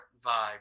vibe